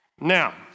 Now